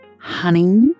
honey